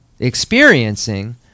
experiencing